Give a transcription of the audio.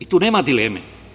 I, tu nema dileme.